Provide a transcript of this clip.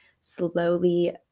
slowly